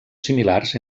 similars